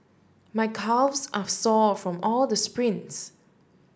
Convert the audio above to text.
my calves are sore from all the sprints